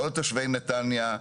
לא לתושבי נתניה,